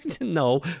No